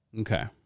Okay